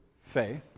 faith